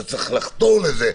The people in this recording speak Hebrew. אתה צריך לחתור לזה.